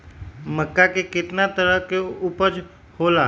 मक्का के कितना तरह के उपज हो ला?